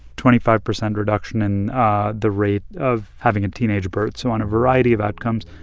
twenty five percent reduction in the rate of having a teenage birth. so on a variety of outcomes,